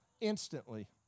instantly